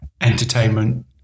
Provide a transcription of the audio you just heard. entertainment